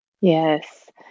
Yes